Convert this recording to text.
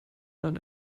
dann